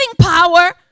power